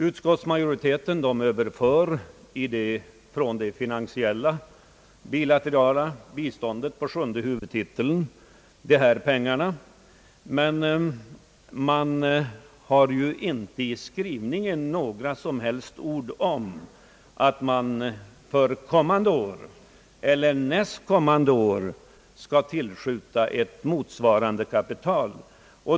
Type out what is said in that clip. Utskottsmajoriteten överför dessa pengar från det finansiella bilaterala biståndet på sjunde huvudtiteln, men skriver inte någonting alls om att man ett kommande år skall tillskjuta ett motsvarande kapital.